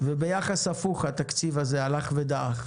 וביחס הפוך התקציב הזה הלך ודעך.